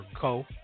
Co